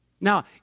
Now